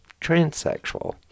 transsexual